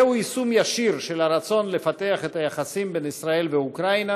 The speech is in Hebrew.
זהו יישום ישיר של הרצון לפתח את היחסים בין ישראל ואוקראינה,